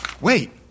Wait